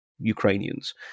Ukrainians